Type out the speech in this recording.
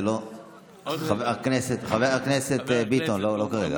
חבר הכנסת ביטון, לא כרגע.